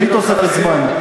בלי תוספת זמן,